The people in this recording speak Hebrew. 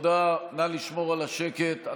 נא לשמור על השקט.